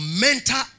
mental